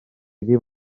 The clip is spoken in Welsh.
ddim